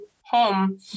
home